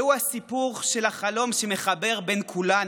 זהו הסיפור של החלום שמחבר בין כולנו.